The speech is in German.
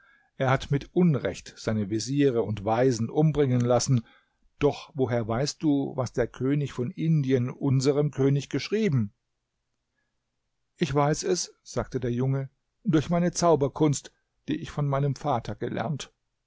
er hat mit unrecht seine veziere und weisen umbringen lassen doch woher weißt du was der könig von indien unserem könig geschrieben ich weiß es sagte der junge durch meine zauberkunst die ich von meinem vater gelernt